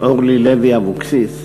אורלי לוי אבקסיס,